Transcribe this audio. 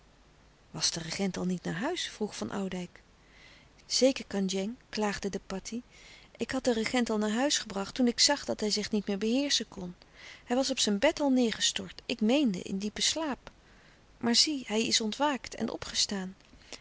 was de regent al niet naar huis vroeg van oudijck zeker kandjeng klaagde de patih ik had den regent al naar huis gebracht toen ik zag dat hij zich niet meer beheerschen kon hij was op zijn bed al neêrgestort ik meende in diepen slaap maar zie hij is ontwaakt en opgestaan